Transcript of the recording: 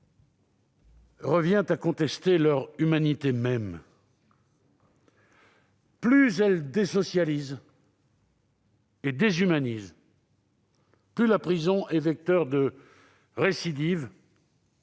revient à contester leur humanité même ! Plus elle désocialise et déshumanise, plus la prison est un vecteur de récidive.